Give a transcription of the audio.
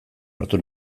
hartu